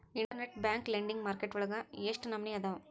Internet bank lending market ವಳಗ ಎಷ್ಟ್ ನಮನಿಅದಾವು?